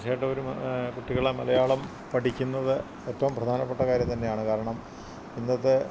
തീർച്ചയായിട്ടും ഒരു കുട്ടികള് മലയാളം പഠിക്കുന്നത് ഏറ്റവും പ്രധാനപ്പെട്ട കാര്യം തന്നെയാണ് കാരണം ഇന്നത്തെ